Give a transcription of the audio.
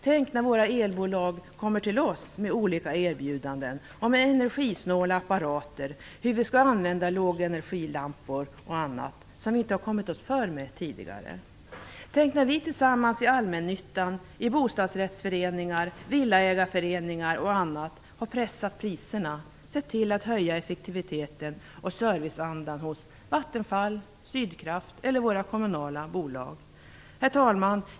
Tänk när olika elbolag kommer till oss med olika erbjudanden om energisnåla apparater, lågenergilampor och annat som vi inte har kommit oss för med tidigare. Tänk när vi tillsammans i allmännyttan, i bostadsrättsföreningar, villaägarföreningar har pressat priserna, sett till att höja effektiviteten, serviceandan hos Vattenfall, Sydkraft eller våra kommunala bolag. Herr talman!